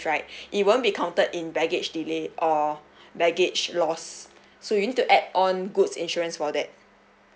right it won't be counted in baggage delay or baggage loss so you need to add on goods insurance for that